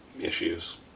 issues